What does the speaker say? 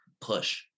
push